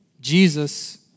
Jesus